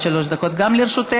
עד שלוש דקות גם לרשותך,